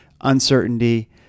uncertainty